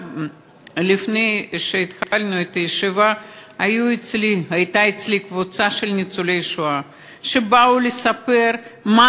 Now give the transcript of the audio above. לפני שהתחלנו את הישיבה הייתה אצלי קבוצה של ניצולי שואה שבאו לספר מה